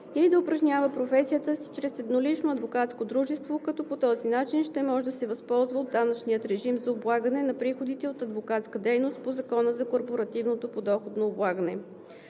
или да упражнява професията си чрез еднолично адвокатско дружество, като по този начин ще може да се възползва от данъчния режим за облагане на приходите от адвокатска дейност по Закона за корпоративното подоходно облагане.